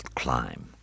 climb